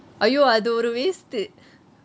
!aiyo! அது ஒரு:athu oru waste து:tu